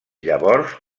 llavors